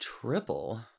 Triple